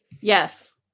yes